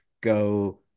go